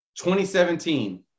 2017